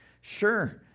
Sure